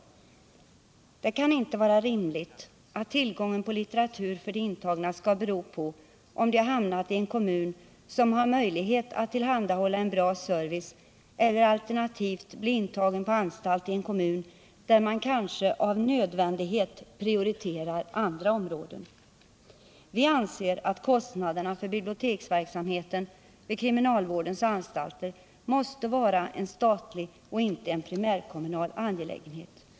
Men det kan inte vara rimligt att tillgången på litteratur för de intagna skall bero på om de hamnat i en kommun som har möjlighet att tillhandahålla en bra service eller i en kommun där man kanske av nödvändighet prioriterar andra områden. Vi anser att kostnaderna för biblioteksverksamheten vid kriminalvårdens anstalter måste vara en statlig och inte en primärkommunal angelägenhet.